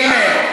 אותנו?